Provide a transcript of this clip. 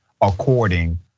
According